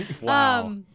Wow